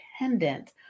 dependent